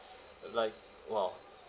uh like !wow!